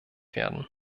werden